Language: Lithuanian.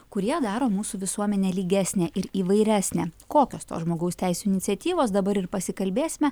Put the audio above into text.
kurie daro mūsų visuomenę lygesnę ir įvairesnę kokios tos žmogaus teisių iniciatyvos dabar ir pasikalbėsime